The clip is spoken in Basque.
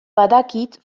badakit